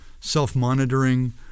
self-monitoring